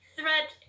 thread